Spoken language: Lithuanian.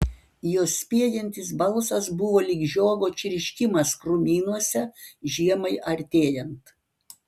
jos spiegiantis balsas buvo lyg žiogo čirškimas krūmynuose žiemai artėjant